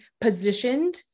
positioned